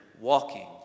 walking